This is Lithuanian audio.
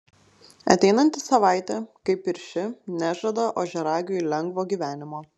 ateinanti savaitė kaip ir ši nežada ožiaragiui lengvo gyvenimo